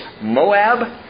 Moab